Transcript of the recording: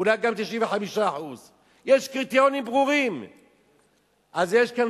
אולי גם 95%. יש קריטריונים ברורים.